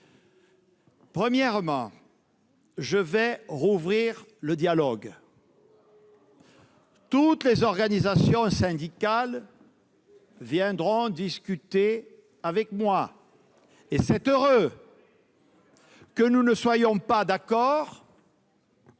Premièrement, je vais rouvrir le dialogue. Toutes les organisations syndicales viendront discuter avec moi, et c'est heureux. Que nous ne soyons pas d'accord